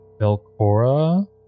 Belcora